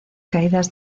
caídas